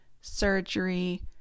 surgery